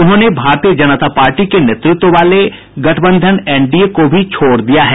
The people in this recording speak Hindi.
उन्होंने भारतीय जनता पार्टी के नेतृत्व वाले गठबंधन एनडीए को भी छोड़ दिया है